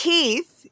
Keith